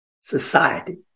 society